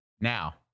Now